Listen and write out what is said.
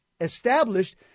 established